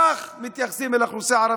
כך מתייחסים אל האוכלוסייה הערבית,